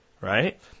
right